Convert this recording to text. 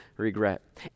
regret